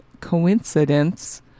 Coincidence